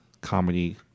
comedy